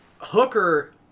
Hooker